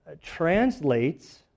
translates